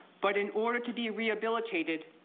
but in order to be rehabilitated,